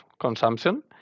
consumption